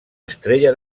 estrella